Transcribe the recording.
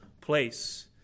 place